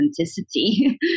authenticity